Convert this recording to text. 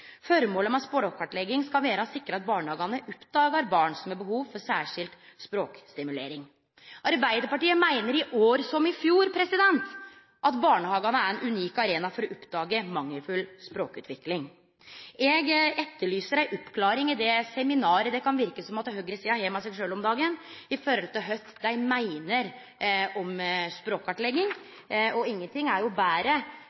Formålet med språkkartlegging skal vere å sikre at barnehagane oppdagar barn som har behov for særskild språkstimulering. Arbeidarpartiet meiner – i år som i fjor – at barnehagane er ein unik arena for å oppdage mangelfull språkutvikling. Eg etterlyser ei oppklaring i det seminaret det kan verke som om høgresida har med seg sjølv om dagen når det gjeld kva dei meiner om